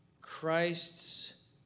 Christ's